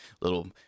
little